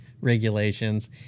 regulations